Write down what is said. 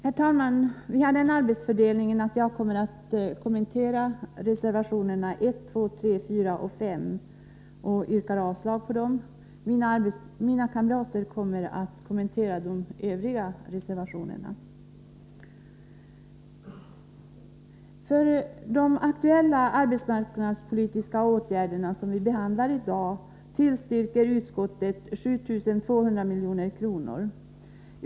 Herr talman! Vi har den arbetsfördelningen att jag kommer att kommentera reservationerna 1,2, 3, 4 och 5, och jag börjar med att yrka avslag på dem. Mina kamrater kommer att kommentera de övriga reservationerna. För de arbetsmarknadspolitiska åtgärder som vi behandlar i dag tillstyrker utskottet 7 200 milj.kr.